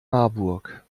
marburg